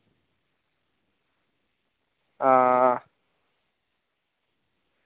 हां